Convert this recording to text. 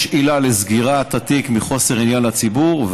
יש עילה של סגירת התיק מחוסר עניין לציבור,